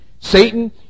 Satan